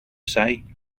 say